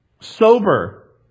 Sober